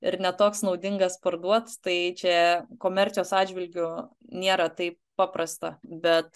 ir ne toks naudingas parduot štai čia komercijos atžvilgiu nėra taip paprasta bet